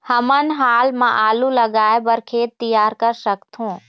हमन हाल मा आलू लगाइ बर खेत तियार कर सकथों?